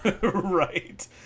Right